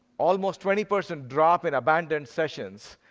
almost twenty percent drop in abandoned sessions,